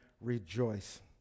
rejoice